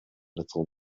little